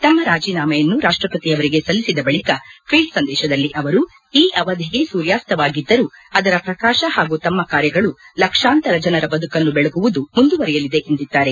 ತಮ್ಮ ರಾಜೀನಾಮೆಯನ್ನು ರಾಷ್ಲಪತಿಯವರಿಗೆ ಸಲ್ಲಿಸಿದ ಬಳಿಕ ತಮ್ನ ಟ್ವೀಟ್ ಸಂದೇಶದಲ್ಲಿ ಅವರು ಈ ಅವಧಿಗೆ ಸೂರ್ಯಸ್ತವಾಗಿದ್ದರೂ ಅದರ ಪ್ರಕಾಶ ಹಾಗೂ ತಮ್ಮ ಕಾರ್ಯಗಳು ಲಕ್ಷಾಂತರ ಜನರ ಬದುಕನ್ನು ಬೆಳಗುವುದು ಮುಂದುವರಿಯಲಿದೆ ಎಂದಿದ್ದಾರೆ